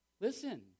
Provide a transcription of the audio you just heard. Listen